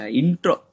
intro